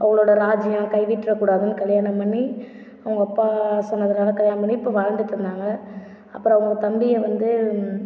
அவங்களோட ராஜ்ஜியம் கைவிற்ற கூடாதுன்னு கல்யாணம் பண்ணி அவங்க அப்பா சொன்னதனால் கல்யாணம் பண்ணி இப்போ வாழ்ந்துட்டு இருந்தாங்கள் அப்புறம் அவங்க தம்பியை வந்து